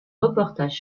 reportage